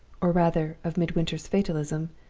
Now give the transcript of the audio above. or rather of midwinter's fatalism,